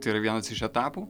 tai yra vienas iš etapų